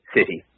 City